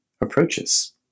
approaches